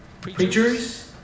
preachers